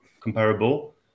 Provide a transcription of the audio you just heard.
comparable